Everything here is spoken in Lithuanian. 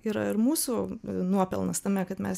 yra ir mūsų nuopelnas tame kad mes